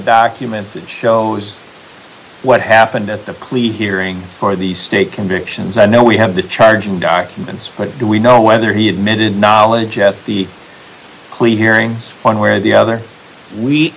document that shows what happened at the plea hearing for the state convictions i know we have the charging documents but do we know whether he admitted knowledge at the plea hearings on where the other we